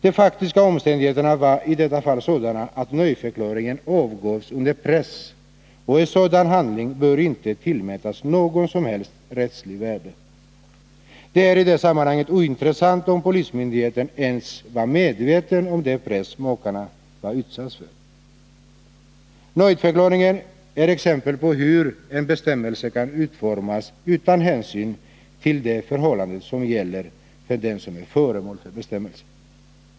De faktiska omständigheterna var i detta fall sådana, att nöjdförklaringen avgavs under press, och en sådan handling bör inte tillmätas något som helst rättsligt värde. Det är i det sammanhanget ointressant om polismyndigheten ens var medveten om den press makarna var utsatt för. Nöjdförklaringen är ett exempel på hur en bestämmelse kan utformas utan hänsyn till de förhållanden som gäller för den som är föremål för bestämmelsen.